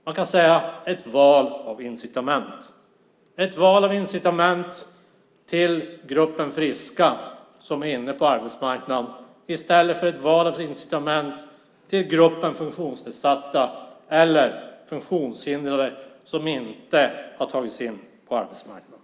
Man kan säga att det är ett val av incitament till gruppen friska som är inne på arbetsmarknaden i stället för ett val av incitament till gruppen funktionsnedsatta eller funktionshindrade som inte har tagit sig in på arbetsmarknaden.